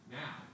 now